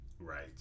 Right